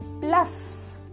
plus